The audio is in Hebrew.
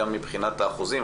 גם מבחינת האחוזים.